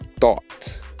thought